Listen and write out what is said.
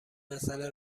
مساله